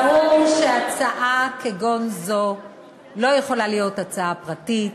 ברור שהצעה כגון זו לא יכולה להיות הצעה פרטית,